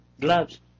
gloves